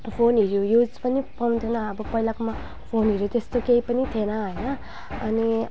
फोनहरू युज पनि पाउँदैन अब पहिलाकोमा फोनहरू त्यस्तो केही पनि थिएन होइन अनि